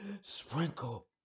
sprinkle